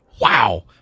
wow